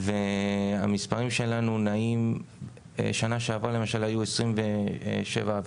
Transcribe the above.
בשנה שעברה היו, למשל, 27 עברות.